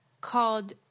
Called